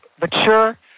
mature